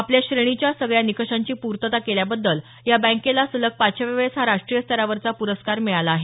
आपल्या श्रेणीच्या सगळ्या निकषाची पूर्तता केल्याबद्दल या बँकेला सलग पाचव्या वेळेस हा राष्टीय स्तरावरचा पुरस्कार मिळाला आहे